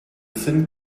sind